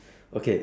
okay